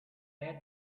bed